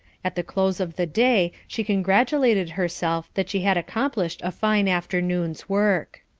at the close of the day she congratulated herself that she had accomplished a fine afternoon's work.